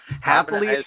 happily